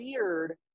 weird